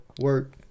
work